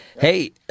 Hey